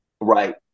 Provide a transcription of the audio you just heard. Right